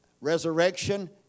resurrection